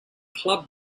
club